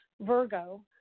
Virgo